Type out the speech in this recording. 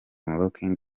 looking